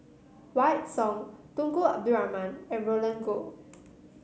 Wykidd Song Tunku Abdul Rahman and Roland Goh